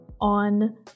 on